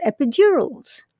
epidurals